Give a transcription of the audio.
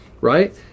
right